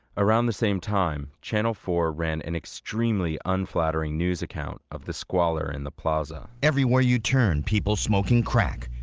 around the same time, channel four ran an extremely unflattering news account of the squalor in the plaza everywhere you turn, people smoking crack.